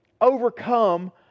overcome